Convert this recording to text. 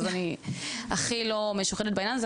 אז אני הכי לא משוחדת בעניין הזה.